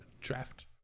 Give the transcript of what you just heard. draft